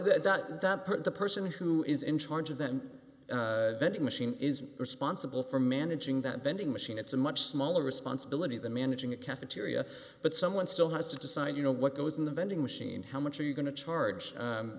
say that the person who is in charge of them machine is responsible for managing that vending machine it's a much smaller responsibility than managing a cafeteria but someone still has to decide you know what goes in the vending machine how much are you going to charge